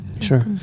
Sure